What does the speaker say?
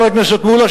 חבר הכנסת מולה,